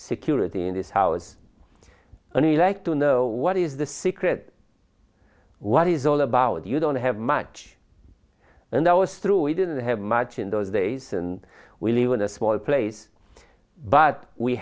security in this house and i like to know what is the secret what is all about you don't have much and i was through you didn't have much in those days and we live in a small place but we